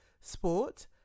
sport